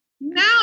now